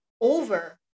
over